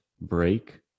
break